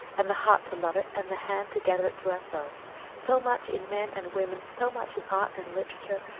and the heart to love it, and the hand to gather it to ourselves so much in men and women, so much in art and literature,